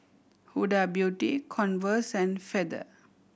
Huda Beauty Converse and Feather